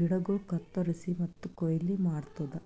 ಗಿಡಗೋಳು ಕತ್ತುರಸಿ ಮತ್ತ ಕೊಯ್ಲಿ ಮಾಡ್ತುದ